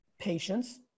Patience